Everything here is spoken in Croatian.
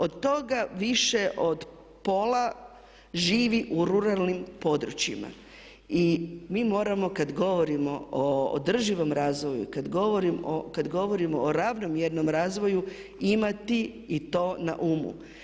Od toga više od pola živi u ruralnim područjima i moramo kad govorimo o održivom razvoju, kad govorimo ravnomjernom razvoju imati i to na umu.